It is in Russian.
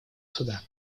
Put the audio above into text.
суда